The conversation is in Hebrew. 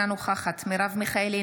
אינה נוכחת מרב מיכאלי,